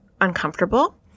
uncomfortable